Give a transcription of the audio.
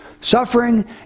Suffering